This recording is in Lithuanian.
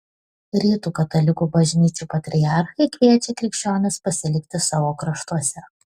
rytų katalikų bažnyčių patriarchai kviečia krikščionis pasilikti savo kraštuose